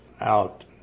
out